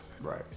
right